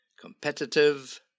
competitive